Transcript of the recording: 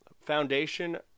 foundation